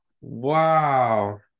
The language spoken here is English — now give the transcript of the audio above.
Wow